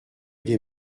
des